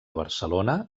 barcelona